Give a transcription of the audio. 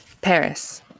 Paris